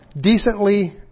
decently